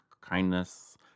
Kindness